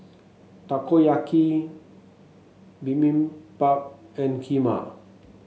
Takoyaki Bibimbap and Kheema